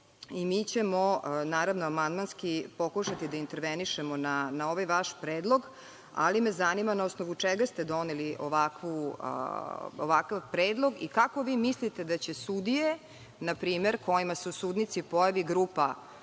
i mi ćemo naravno amandmanski pokušati da intervenišemo na ovaj vaš predlog, ali me zanima na osnovu čega ste doneli ovakav predlog i kako mislite da će sudije npr. kojima se u sudnici pojavi grupa